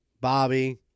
Bobby